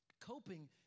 Coping